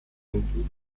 insel